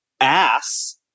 ass